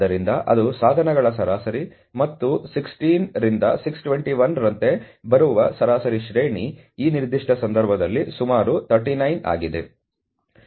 ಆದ್ದರಿಂದ ಅದು ಸಾಧನಗಳ ಸರಾಸರಿ ಮತ್ತು 16 ರಿಂದ 621 ರಂತೆ ಬರುವ ಸರಾಸರಿ ಶ್ರೇಣಿ ಈ ನಿರ್ದಿಷ್ಟ ಸಂದರ್ಭದಲ್ಲಿ ಸುಮಾರು 39 ಆಗಿದೆ